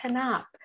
up